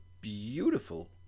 beautiful